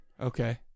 Okay